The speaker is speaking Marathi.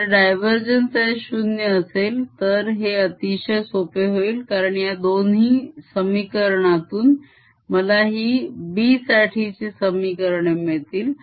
जर div H 0 असेल तर हे अतिशय सोपे होईल कारण या दोन समीकरणांतून मला हि B साठीची समीकरणे मिळतील